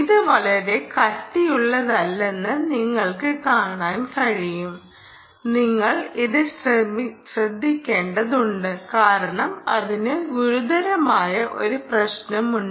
ഇത് വളരെ കട്ടിയുള്ളതല്ലെന്ന് നിങ്ങൾക്ക് കാണാൻ കഴിയും നിങ്ങൾ ഇത് ശ്രദ്ധിക്കേണ്ടതുണ്ട് കാരണം അതിന് ഗുരുതരമായ ഒരു പ്രശ്നമുണ്ട്